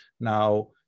now